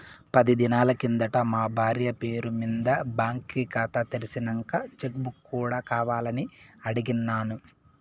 పది దినాలు కిందట మా బార్య పేరు మింద బాంకీ కాతా తెర్సినంక చెక్ బుక్ కూడా కావాలని అడిగిన్నాను